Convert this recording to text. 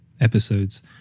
episodes